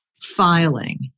filing